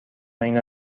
اینا